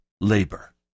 labor